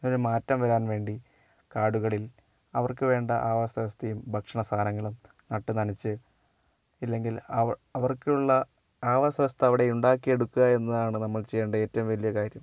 ഇതിനു ഒരു മാറ്റം വരാൻവേണ്ടി കാടുകളിൽ അവർക്ക് വേണ്ട ആവാസ്ഥ വ്യവസ്ഥയും ഭക്ഷണ സാധനങ്ങളും നട്ടു നഞ്ഞച്ച് ഇല്ലങ്കിൽ അവർക്കുള്ള അവസ്ഥ വ്യവസ്ഥ അവിടെ ഉണ്ടാക്കി എടുക്കുക എന്നതാണ് നമ്മൾ ചെയ്യേണ്ട ഏറ്റവും വലിയ കാര്യം